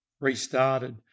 restarted